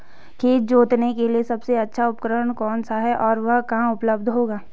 खेत जोतने के लिए सबसे अच्छा उपकरण कौन सा है और वह कहाँ उपलब्ध होगा?